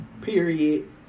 Period